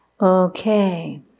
Okay